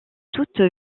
toute